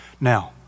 now